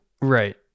right